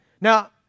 Now